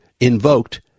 invoked